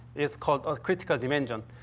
is called a critical dimension.